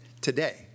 today